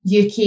uk